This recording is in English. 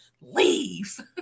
leave